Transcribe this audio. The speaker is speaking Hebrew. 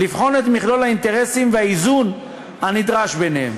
לבחון את מכלול האינטרסים והאיזון הנדרש ביניהם.